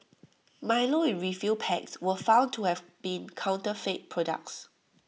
milo in refill packs were found to have been counterfeit products